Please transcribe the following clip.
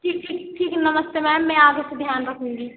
ठीक ठीक ठीक है नमस्ते मैम आगे से ध्यान रखूँगी